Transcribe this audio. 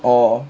orh